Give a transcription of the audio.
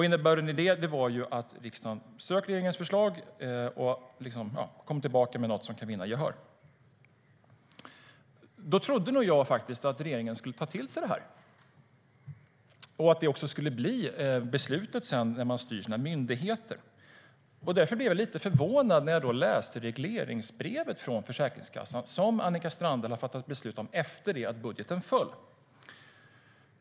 Innebörden i det var att riksdagen strök regeringens förslag och ville att man skulle komma tillbaka med något som kunde vinna gehör. Då trodde jag nog att regeringen skulle ta till sig det här och att det också skulle bli beslutet när man styr sina myndigheter. Därför blev jag lite förvånad när jag läste regleringsbrevet till Försäkringskassan, som Annika Strandhäll har fattat beslut om efter det att budgeten föll.